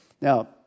Now